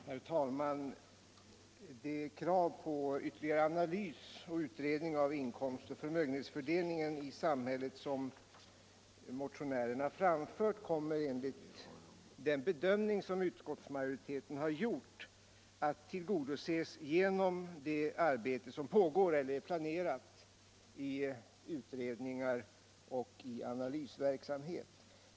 Herr talman! Det krav på ytterligare analys och utredning av inkomstoch förmögenhetsfördelningen i samhället som motionärerna framfört kommer enligt den bedömning som utskottsmajoriteten gjort att tillgodoses genom det arbete som pågår eller är planerat i utredningar och i analysverksamhet.